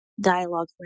dialogue